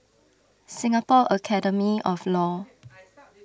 Singapore Academy of Law